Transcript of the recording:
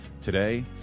today